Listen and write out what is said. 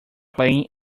playing